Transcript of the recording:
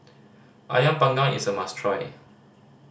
Ayam Panggang is a must try